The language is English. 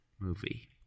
movie